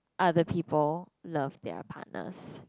are the people love their partners